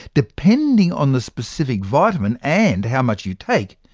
depending on the specific vitamin, and how much you take,